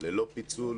ללא פיצול